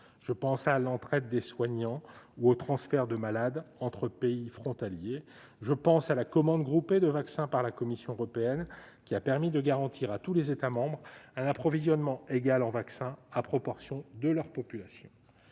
Je pense à l'entraide des soignants ou aux transferts de malades entre pays frontaliers. Je pense à la commande groupée de vaccins par la Commission européenne, qui a permis de garantir à tous les États membres un approvisionnement égal en vaccins, à proportion de leur population.